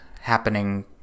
happening